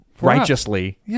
righteously